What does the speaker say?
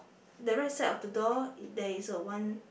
the right of the door there is a one